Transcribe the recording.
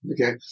okay